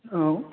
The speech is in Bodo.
औ